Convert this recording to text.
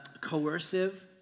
coercive